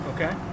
Okay